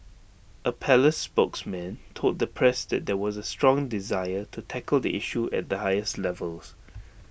A palace spokesman told the press that there was A strong desire to tackle the issue at the highest levels